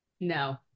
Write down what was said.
No